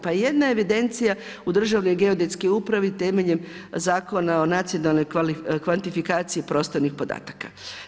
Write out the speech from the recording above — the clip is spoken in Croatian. Pa jedna je evidencija u Državnoj geodetskoj upravi temeljem Zakona o nacionalnoj kvantifikaciji prostornih podataka.